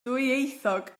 ddwyieithog